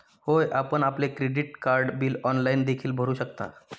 होय, आपण आपले क्रेडिट कार्ड बिल ऑनलाइन देखील भरू शकता